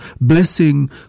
Blessing